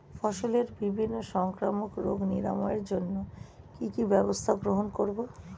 ফসলের বিভিন্ন সংক্রামক রোগ নিরাময়ের জন্য কি কি ব্যবস্থা গ্রহণ করব?